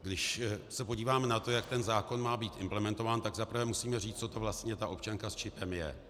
Když se podíváme na to, jak ten zákon má být implementován, tak za prvé musíme říct, co to vlastně ta občanka s čipem je.